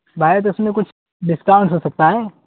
بھائی اس میں کچھ ڈسکاؤنٹ ہو سکتا ہے